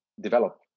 develop